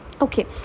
okay